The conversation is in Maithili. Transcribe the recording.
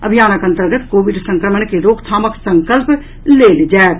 अभियानक अंतर्गत कोविड संक्रमण के रोक थामक संकल्प लेल जायत